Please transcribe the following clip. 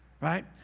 Right